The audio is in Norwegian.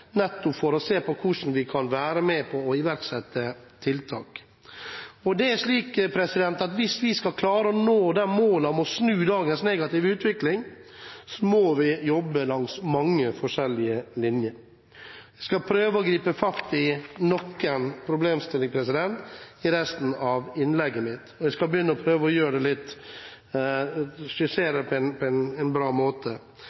på å iverksette tiltak. Hvis vi skal klare å nå målet om å snu dagens negative utvikling, må vi jobbe langs mange forskjellige linjer. Jeg skal prøve å gripe fatt i noen problemstillinger i resten av innlegget mitt, og jeg skal prøve å skissere det på en bra måte. La meg begynne med forebyggingsperspektivet. Det er helt åpenbart at det aller, aller viktigste – og det gjelder de aller fleste sykdommer – er forebygging. Det